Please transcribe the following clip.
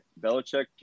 Belichick